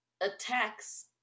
attacks